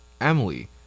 Emily